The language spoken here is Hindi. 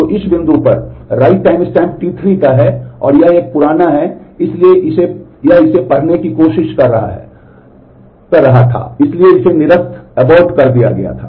तो इस बिंदु पर write टाइमस्टैम्प T3 का है और यह एक पुराना है इसलिए यह इसे पढ़ने की कोशिश कर रहा था इसलिए इसे निरस्त कर दिया गया था